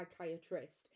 Psychiatrist